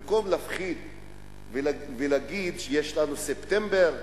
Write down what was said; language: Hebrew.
במקום להפחיד ולהגיד שיש לנו ספטמבר,